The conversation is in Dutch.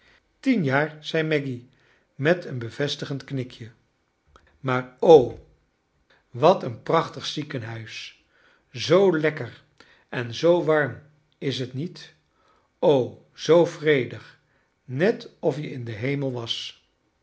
tien jaar zei maggy met een bevestigend knikje maar o wat een prachtig ziekenhuis zoo lekker en zoo warm is t niet o zoo vredig net of je in den hemel was